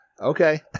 okay